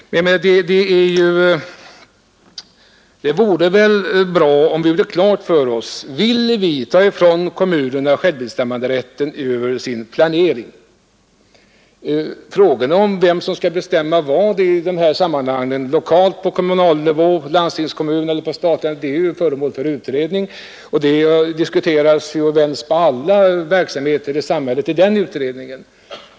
Men det vore bra att det blev klart för oss om man vill ta ifrån kommunerna rätten att själva bestämma över sin planering eller icke. Frågorna om vem som skall bestämma vad i de här sammanhangen lokalt på kommunal nivå, i landstingskommunen eller på statlig nivå, är föremål för utredning. Man diskuterar och vänder på alla verksamheter i samhället i den utredningen.